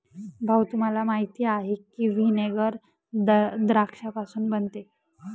भाऊ, तुम्हाला माहीत आहे की व्हिनेगर द्राक्षापासून बनते